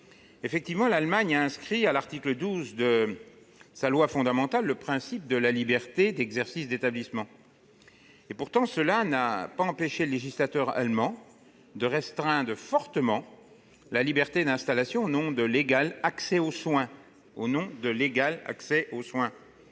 L'Allemagne a inscrit dans sa loi fondamentale le principe de la liberté d'exercice et d'établissement. Pourtant, cela n'a pas empêché le législateur allemand de restreindre fortement la liberté d'installation, au nom de l'égal accès aux soins,